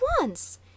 once